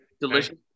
delicious